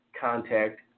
contact